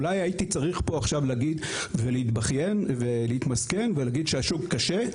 אולי הייתי צריך להגיד פה ולהתבכיין ולהתמסכן ולהגיד שהשוק קשה,